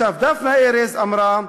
דפנה ארז אמרה: